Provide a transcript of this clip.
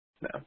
No